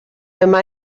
dyma